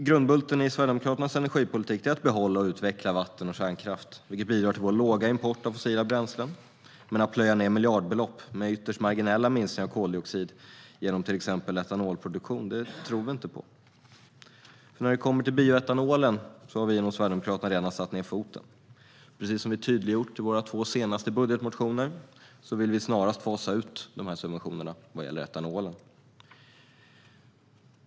Grundbulten i Sverigedemokraternas energipolitik är att behålla och utveckla vattenkraften och kärnkraften, vilket bidrar till vår låga import av fossila bränslen. Att plöja ned miljardbelopp i ytterst marginella minskningar av koldioxid genom till exempel etanolproduktion tror vi inte på. När det gäller bioetanol har vi i Sverigedemokraterna redan satt ned foten. Precis som vi tydliggjort i våra två senaste budgetmotioner vill vi snarast fasa ut subventionerna av etanol.